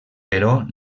però